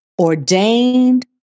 ordained